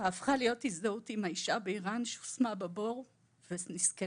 הפכה להיות הזדהות עם האישה באיראן שהושמה בבור ונסקלה.